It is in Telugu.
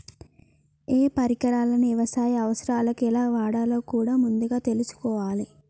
ఏయే పరికరాలను యవసాయ అవసరాలకు ఎలా వాడాలో కూడా ముందుగా తెల్సుకోవాలే